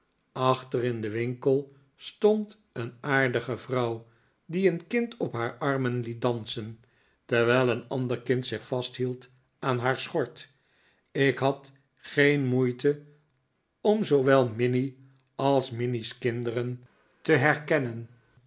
achter in den winkel stond een aardige vrouw die een kind op haar armen liet dansen terwijl een ander kind zich vasthield aan haar schort ik had geen moeite om zoowel minnie als minnie's kinderen te herkennen